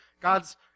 God's